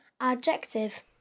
adjective